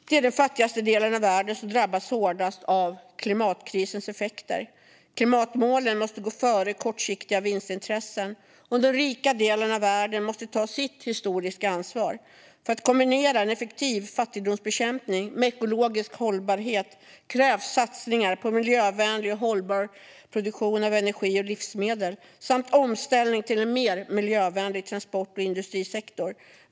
Det är den fattigaste delen av världen som drabbas hårdast av klimatkrisens effekter. Klimatmålen måste gå före kortsiktiga vinstintressen, och den rika delen av världen måste ta sitt historiska ansvar. För att kombinera en effektiv fattigdomsbekämpning med ekologisk hållbarhet krävs satsningar på miljövänlig och hållbar produktion av energi och livsmedel samt omställning till en mer miljövänlig transport och industrisektor.